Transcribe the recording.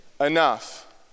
enough